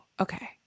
okay